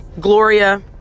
Gloria